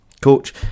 coach